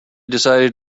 decided